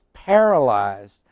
paralyzed